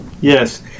yes